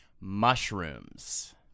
mushrooms